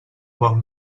bon